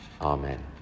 Amen